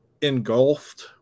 engulfed